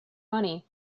money